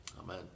Amen